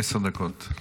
עשר דקות.